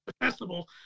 festival